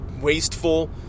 wasteful